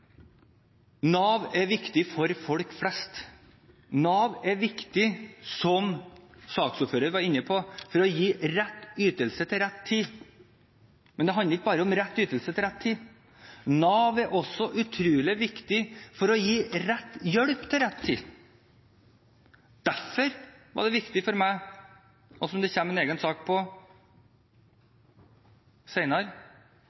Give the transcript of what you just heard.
Nav har iverksatt på det området. Nav er viktig for folk flest. Nav er viktig, som saksordføreren var inne på, for å gi rett ytelse til rett tid, men det handler ikke bare om rett ytelse til rett tid. Nav er også utrolig viktig for å gi rett hjelp til rett tid, noe det kommer en egen sak